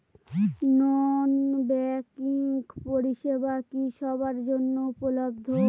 নন banking পরিষেবা কি সবার জন্য উপলব্ধ?